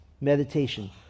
meditation